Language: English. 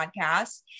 podcast